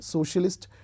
Socialist